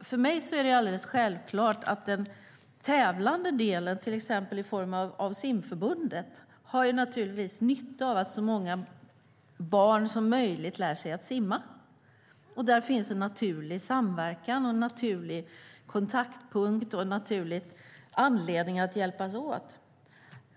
För mig är det alldeles självklart att de tävlande inom Simförbundet har nytta av att så många barn som möjligt lär sig att simma. Där finns det ett naturligt samband, en naturlig kontaktpunkt och en naturlig anledning att hjälpas åt.